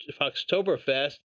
Foxtoberfest